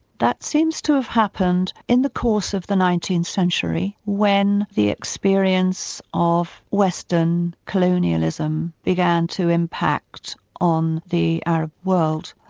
that seems to have happened in the course of the nineteenth century, when the experience of western colonialism began to impact on the arab world.